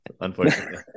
Unfortunately